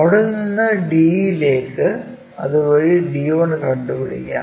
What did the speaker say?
അവിടെ നിന്ന് d ലേക്ക് അത് വഴി d1 കണ്ടുപിടിക്കാം